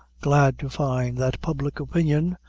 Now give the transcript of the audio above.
glad to find that public opinion,